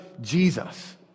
Jesus